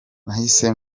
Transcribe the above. nahise